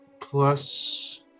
plus